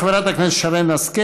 חברת הכנסת שרן השכל.